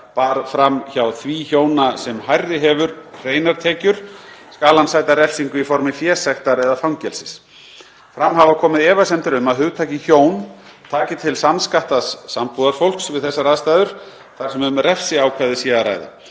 bar fram hjá því hjóna sem hærri hefur hreinar tekjur skal hann sæta refsingu í formi fésektar eða fangelsis. Fram hafa komið efasemdir um að hugtakið „hjón“ taki til samskattaðs sambúðarfólks við þessar aðstæður, þar sem um refsiákvæði sé að ræða.